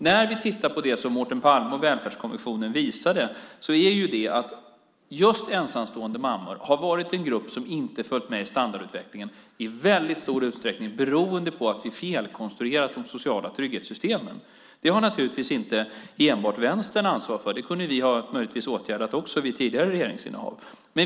När vi tittar på det som Joakim Palme och Välfärdskommissionen visade har just ensamstående mammor varit en grupp som inte följt med i standardutvecklingen, i väldigt stor utsträckning beroende på att vi felkonstruerat de sociala trygghetssystemen. Det har naturligtvis inte enbart vänstern ansvar för. Det kunde vi möjligtvis ha åtgärdat vid tidigare regeringsinnehav.